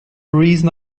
reason